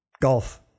golf